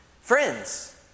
Friends